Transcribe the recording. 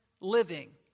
living